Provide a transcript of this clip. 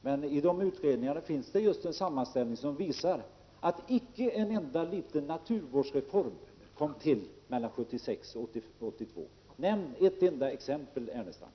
Men i de utredningarna finns det just en sammanställning, som visar att inte en enda liten naturvårdsreform kom till mellan 1976 och 1982. Nämn ett enda exempel, Lars Ernestam!